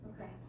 Okay